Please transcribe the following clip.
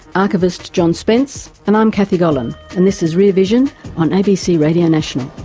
archivist john spence, and i'm kathy gollan and this is rear vision on abc radio national.